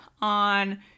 on